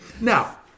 Now